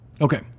Okay